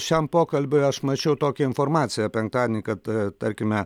šiam pokalbiui aš mačiau tokią informaciją penktadienį kad tarkime